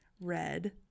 red